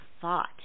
thought